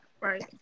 Right